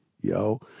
Yo